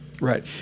right